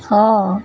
ହଁ